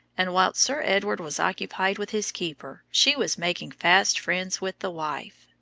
and while sir edward was occupied with his keeper she was making fast friends with the wife.